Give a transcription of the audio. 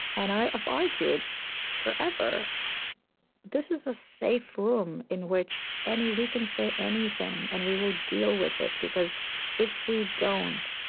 and i've i've argued forever this is a safe room in which we can say anything, and we will deal with it. because if we don't,